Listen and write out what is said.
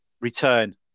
return